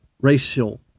racial